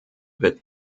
wird